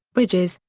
bridges,